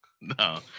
No